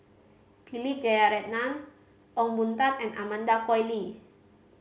Philip Jeyaretnam Ong Boon Tat and Amanda Koe Lee